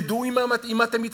תדעו עם מה אתם מתעסקים.